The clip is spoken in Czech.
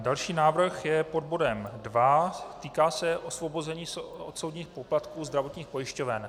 Další návrh je pod bodem 2, týká se osvobození od soudních poplatků zdravotních pojišťoven.